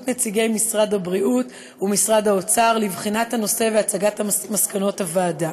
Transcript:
נציגי משרד הבריאות ומשרד האוצר לבחינת הנושא והצגת המסקנות הוועדה.